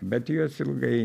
bet jos ilgai